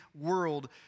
world